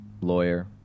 lawyer